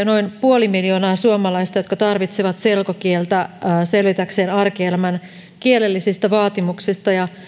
noin puoli miljoonaa suomalaista jotka tarvitsevat selkokieltä selvitäkseen arkielämän kielellisistä vaatimuksista ja